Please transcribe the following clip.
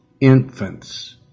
infants